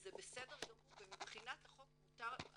וזה בסדר גמור ומבחינת החוק מותר.